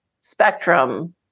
spectrum